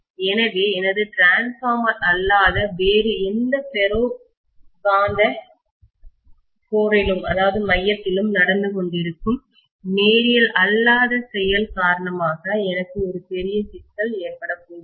எனவே எனது டிரான்ஸ்பார்மர் அல்லது வேறு எந்த ஃபெரோ காந்த மையத்திலும்கோர் லும் நடந்துகொண்டிருக்கும் நேரியல் அல்லாத செயல் காரணமாக எனக்கு ஒரு பெரிய சிக்கல் ஏற்படப்போகிறது